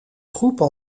troupes